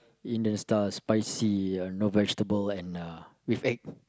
Indian style spicy no vegetables and with egg